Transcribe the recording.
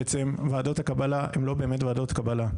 ועדות הקבלה הן לא באמת ועדות קבלה,